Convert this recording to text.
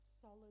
solid